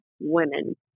women